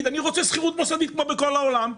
אני רוצה שכירות מוסדית כמו בכל העולם,